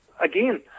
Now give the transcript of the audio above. Again